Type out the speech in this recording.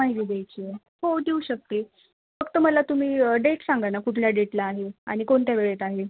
पाहिली द्यायची आहे हो देऊ शकते फक्त मला तुम्ही डेट सांगा ना कुठल्या डेटला आहे आणि कोणत्या वेळेत आहे